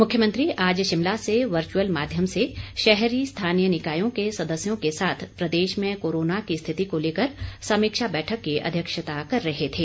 मुख्यमंत्री आज शिमला से वर्चुअल माध्यम से शहरी स्थानीय निकायों के सदस्यों के साथ प्रदेश में कोरोना की स्थिति को लेकर समीक्षा बैठक की अध्यक्षता कर रहे थे